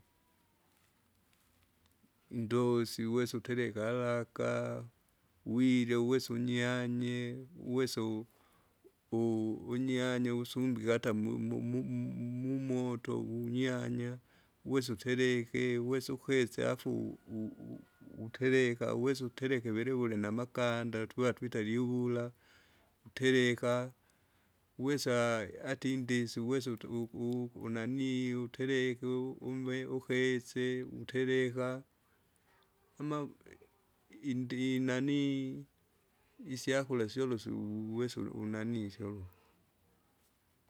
Ndosi uwese utereka alaka, wirya uwese unyianye, uwese u- u- unyanye wusumbike ata mui- mu- mu- mu- mumoto wunyanya. Uwese utereke, uwese ukese afu u- u- utereka uwese utereke velevule namaganda, tuva tuitari uwura, utereka, uwese ata indisi uwese ute u- u- unanaii utereke, umme ukese, utereka, ama indi inanii, isyakura syorosu u- uwesa unanii syolo.